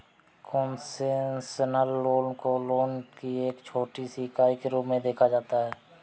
concessional loan को loan की एक छोटी सी इकाई के रूप में देखा जाता है